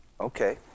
Okay